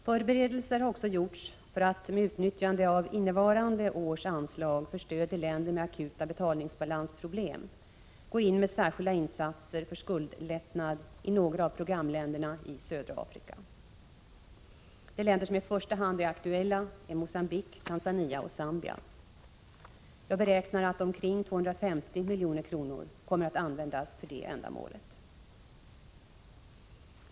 Förberedelser har också gjorts för att med utnyttjande av innevarande års anslag för stöd till länder med akuta betalningsbalansproblem gå in med särskilda insatser för skuldlättnad i några av programländerna i södra Afrika. De länder som i första hand är aktuella är Mogambique, Tanzania och Zambia. Jag beräknar att omkring 250 milj.kr. kommer att användas för detta ändamål.